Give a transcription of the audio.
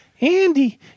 Andy